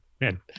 man